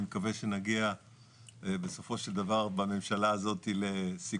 ואני מקווה שנגיע בסופו של דבר בממשלה הזאת לסיכום.